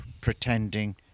pretending